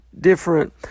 different